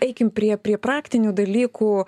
eim prie prie praktinių dalykų